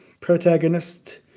protagonist